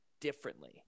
differently